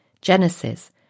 Genesis